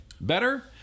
Better